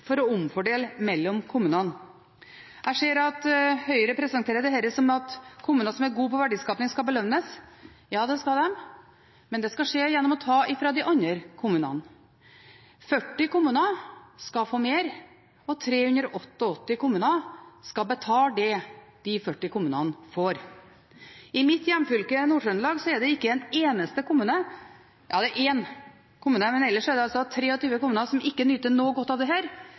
for å omfordele mellom kommunene. Jeg ser at Høyre presenterer dette som at kommuner som er gode på verdiskaping, skal belønnes. Ja, det skal de, men det skal skje gjennom å ta fra de andre kommunene. 40 kommuner skal få mer, og 388 kommuner skal betale det de 40 kommunene får. I mitt hjemfylke, Nord-Trøndelag, er det ikke en eneste kommune som får – jo, det er én kommune. Men ellers er det altså 23 kommuner som ikke nyter noe godt av dette, men som skal bidra til belønningen til de andre kommunene i sentrale strøk. Det